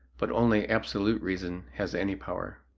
but only absolute reason has any power.